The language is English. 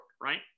right